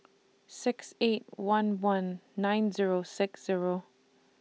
six eight one one nine Zero six Zero